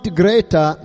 greater